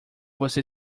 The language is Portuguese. você